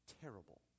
terrible